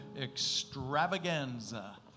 extravaganza